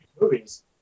movies